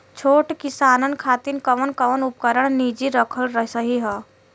छोट किसानन खातिन कवन कवन उपकरण निजी रखल सही ह?